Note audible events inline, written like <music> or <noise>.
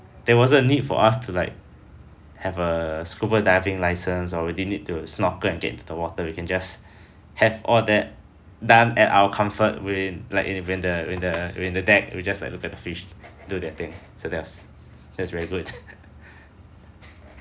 there wasn't a need for us to like have a scuba diving license or we didn't need to snorkel and get into the water we can just have all that done at our comfort when like in the in the in the deck we just like look at the fish do their thing so that was that's very good <laughs>